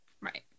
Right